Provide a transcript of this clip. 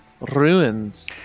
ruins